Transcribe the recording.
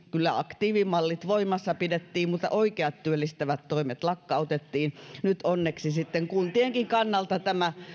kyllä aktiivimallit voimassa pidettiin mutta oikeat työllistävät toimet lakkautettiin nyt onneksi kuntienkin kannalta tämä